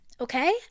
Okay